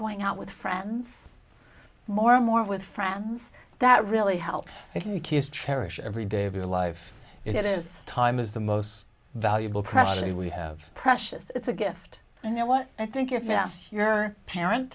going out with friends more and more with friends that really help the kids cherish every day of your life it is time is the most valuable probably we have precious it's a gift and that what i think if you asked your parent